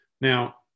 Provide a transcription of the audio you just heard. Now